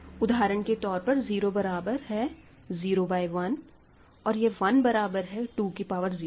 उदाहरण के तौर पर 0 बराबर है 0 बाय 1 और यह 1 बराबर है 2 की पावर 0 के